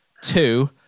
two